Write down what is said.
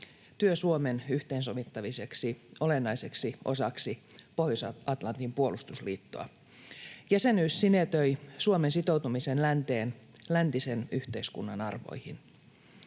työ Suomen yhteensovittamiseksi olennaiseksi osaksi Pohjois-Atlantin puolustusliittoa. Jäsenyys sinetöi Suomen sitoutumisen länteen, läntisen yhteiskunnan arvoihin.